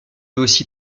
aussi